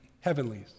heavenlies